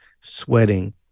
sweating